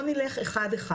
בואו נלך אחד-אחד.